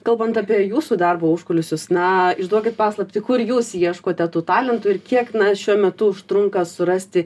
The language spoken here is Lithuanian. kalbant apie jūsų darbo užkulisius na išduokit paslaptį kur jūs ieškote tų talentų ir kiek na šiuo metu užtrunka surasti